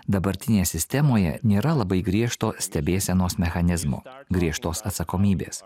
dabartinėje sistemoje nėra labai griežto stebėsenos mechanizmo griežtos atsakomybės